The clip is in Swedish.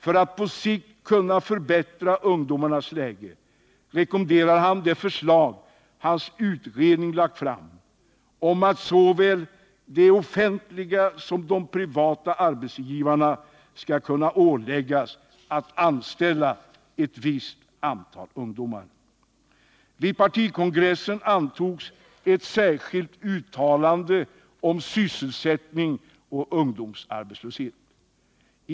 För att på kort sikt kunna förbättra ungdomarnas läge rekommenderar han det förslag hans utredning lagt fram om att såväl de offentliga som de privata arbetsgivarna skall kunna åläggas att anställa ett visst antal ungdomar. Vid partikongressen antogs ett särskilt uttalande om sysselsättning och ungdomsarbetslöshet.